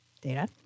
Data